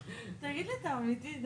היא איך יעלה בקנה אחד תקן